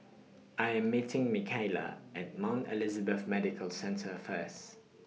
I Am meeting Micayla At Mount Elizabeth Medical Centre First